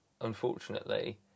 unfortunately